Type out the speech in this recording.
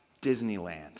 Disneyland